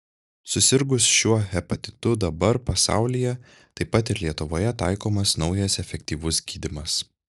susirgus šiuo hepatitu dabar pasaulyje taip pat ir lietuvoje taikomas naujas efektyvus gydymas